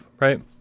right